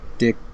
dick